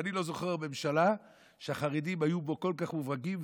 ואני לא זוכר ממשלה שהחרדים היו בה כל כך מוברגים,